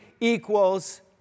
equals